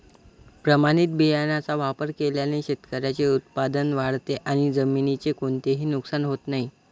प्रमाणित बियाण्यांचा वापर केल्याने शेतकऱ्याचे उत्पादन वाढते आणि जमिनीचे कोणतेही नुकसान होत नाही